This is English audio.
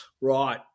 right